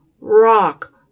rock